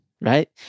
right